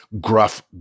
gruff